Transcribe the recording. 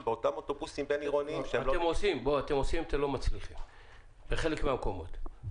בוא, אתם עושים, אתם לא מצליחים בחלק מהמקומות.